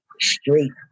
street